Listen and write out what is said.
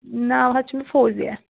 ناو حظ چھُ مےٚ فوزیہ